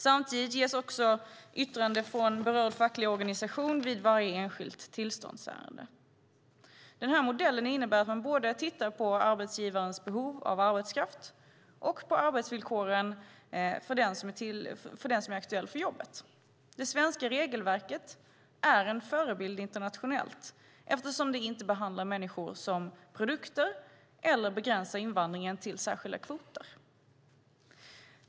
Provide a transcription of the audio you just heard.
Samtidigt ges yttrande från berörd facklig organisation vid varje enskilt tillståndsärende. Den här modellen innebär att man både tittar på arbetsgivarens behov av arbetskraft och på arbetsvillkoren för den som är aktuell för jobbet. Det svenska regelverket är en förebild internationellt eftersom det inte behandlar människor som produkter eller begränsar invandringen till särskilda kvoter.